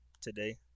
today